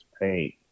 paint